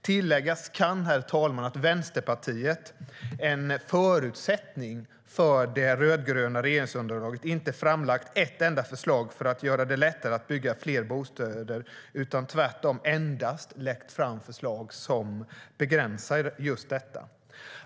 Tilläggas kan, herr talman, att Vänsterpartiet, en förutsättning för det rödgröna regeringsunderlaget, inte har framlagt ett enda förslag för att göra det lättare att bygga fler bostäder utan tvärtom endast lagt fram förslag som begränsar just detta.